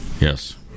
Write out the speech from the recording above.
Yes